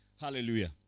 Hallelujah